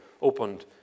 opened